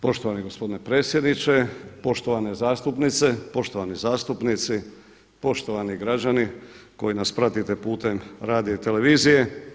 Poštovani gospodine predsjedniče, poštovane zastupnice, poštovani zastupnici, poštovani građani koji nas pratite putem radija i televizije.